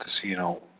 casino